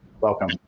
Welcome